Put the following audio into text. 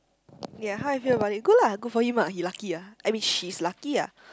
ya how I feel about it good lah good for him ah he lucky ah I mean she's lucky ah